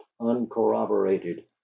uncorroborated